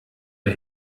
der